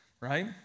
Right